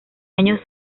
años